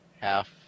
half